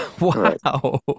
Wow